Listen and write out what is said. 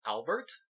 Albert